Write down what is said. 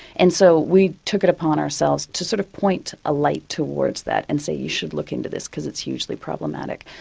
and so we took it upon ourselves to sort of point a light towards that and say, you should look into this because it's hugely problematic.